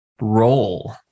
roll